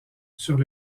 sur